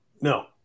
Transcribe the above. No